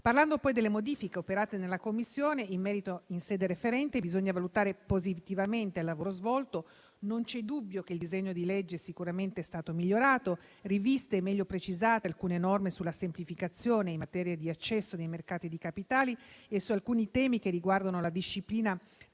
Parlando poi delle modifiche operate nella Commissione di merito in sede referente, bisogna valutare positivamente il lavoro svolto. Non c'è dubbio che il disegno di legge sia stato migliorato: sono state riviste e meglio precisate alcune norme sulla semplificazione in materia di accesso ai mercati di capitali e su alcuni temi che riguardano la disciplina degli